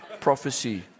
Prophecy